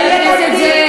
חבר הכנסת זאב.